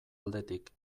aldetik